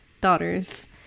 daughters